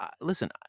Listen